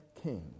king